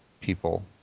people